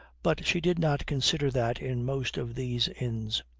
but she did not consider that in most of these inns